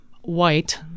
white